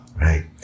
right